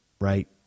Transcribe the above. Right